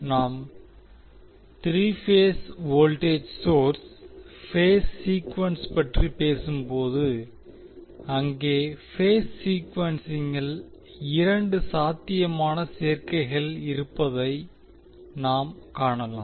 நாம் three phase voltage source phase sequence பற்றி பேசும்போது அங்கே பேஸ் சீக்குவென்சிங்கில் இரண்டு சாத்தியமான சேர்க்கைகள் இருப்பதாய் நாம் காணலாம்